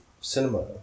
cinema